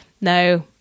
no